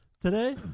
today